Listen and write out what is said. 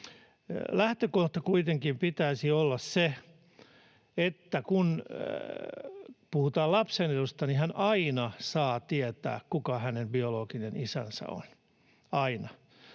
Lähtökohta kuitenkin pitäisi olla se, että kun puhutaan lapsen edusta, niin hän aina saa tietää, kuka hänen biologinen isänsä on — aina